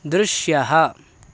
दृश्यः